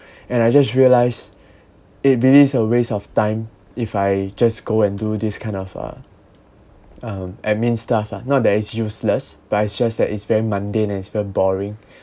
and I just realise it really's a waste of time if I just go and do this kind of uh uh admin stuff lah not that it's useless but it's just that it's very mundane and it's very boring